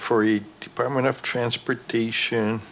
for department of transportation